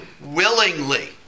willingly